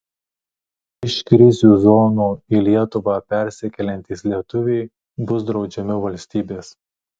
iš krizių zonų į lietuvą persikeliantys lietuviai bus draudžiami valstybės